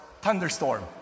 thunderstorm